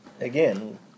again